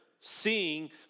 seeing